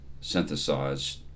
synthesized